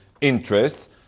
interests